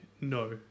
no